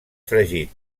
fregit